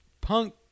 punk